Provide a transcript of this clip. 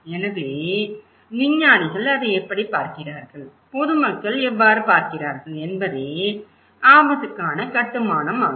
எனவே விஞ்ஞானிகள் அதை எப்படிப் பார்க்கிறார்கள் பொது மக்கள் எவ்வாறு பார்க்கிறார்கள் என்பதே ஆபத்துக்கான கட்டுமானமாகும்